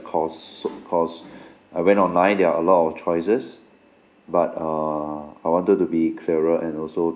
cost cause I went online there are a lot of choices but err I wanted to be clearer and also